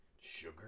Sugar